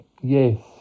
Yes